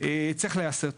צריך להיעשות.